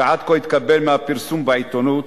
שעד כה התקבל מהפרסום בעיתונות,